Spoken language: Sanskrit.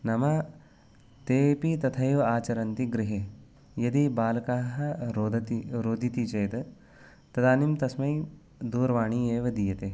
नाम तेऽपि तथैव आचरन्ति गृहे यदि बालकः रोदिति रोदिति चेत् तदानीं तस्मै दूरवाणी एव दीयते